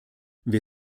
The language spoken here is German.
wir